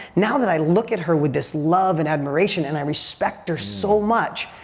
now that i look at her with this love and admiration and i respect her so much,